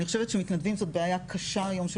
אני חושבת שמתנדבים זאת בעיה קשה היום של